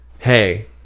Hey